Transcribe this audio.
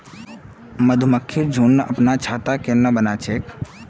मधुमक्खिर झुंड अपनार छत्ता केन न बना छेक